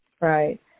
Right